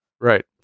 Right